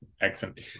Excellent